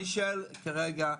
אני שואל כרגע,